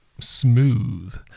smooth